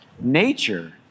nature